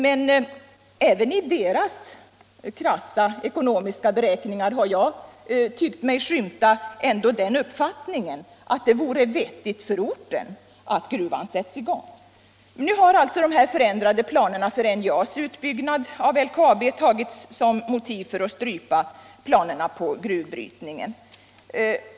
Men även i dess krassa ekonomiska beräkningar har jag tyckt mig skymta den uppfattningen att det vore vettigt för orten att gruvan sätts i gång. Nu har alltså de ändrade planerna för NJA:s utbyggnad av LKAB tagits som motiv för att man skulle strypa planerna på gruvbrytningen.